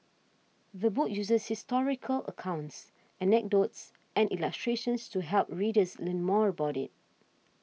the book uses historical accounts anecdotes and illustrations to help readers learn more about it